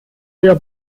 mehr